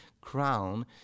crown